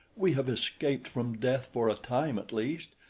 we have escaped from death for a time at least.